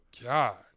God